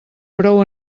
prou